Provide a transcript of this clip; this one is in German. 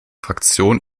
fraktion